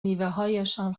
میوههایشان